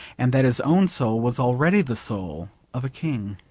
and that his own soul was already the soul of a king.